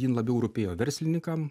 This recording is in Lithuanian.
jin labiau rūpėjo verslinikam